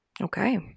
okay